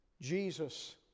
Jesus